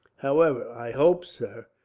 however, i hope, sir,